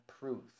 proof